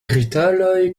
rilatoj